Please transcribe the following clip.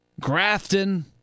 Grafton